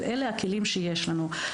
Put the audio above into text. אלה הכלים שיש לנו.